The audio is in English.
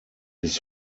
his